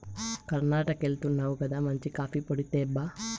కర్ణాటకెళ్తున్నావు గదా మంచి కాఫీ పొడి తేబ్బా